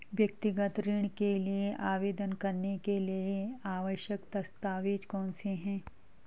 व्यक्तिगत ऋण के लिए आवेदन करने के लिए आवश्यक दस्तावेज़ कौनसे हैं?